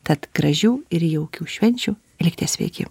tad gražių ir jaukių švenčių likti sveiki